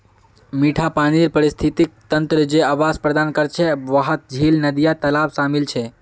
मिठा पानीर पारिस्थितिक तंत्र जे आवास प्रदान करछे वहात झील, नदिया, तालाब शामिल छे